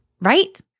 right